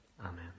Amen